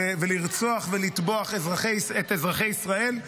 לרצוח ולטבוח את אזרחי ישראל,